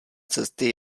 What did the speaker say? cesty